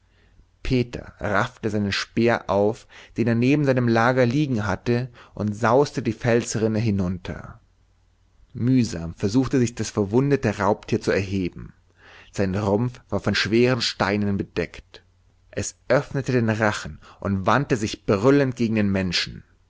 peter raffte seinen speer auf den er neben seinem lager liegen hatte und sauste die felsrinne hinunter mühsam versuchte sich das verwundete raubtier zu erheben sein rumpf war von schweren steinen bedeckt es öffnete den rachen und wandte sich brüllend gegen den menschen